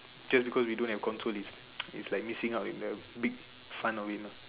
just because we don't have console is is like missing out in the big fun of it lah